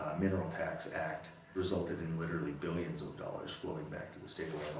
mineral tax act resulted in literally billions of dollars flowing back to the state